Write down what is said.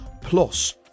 plus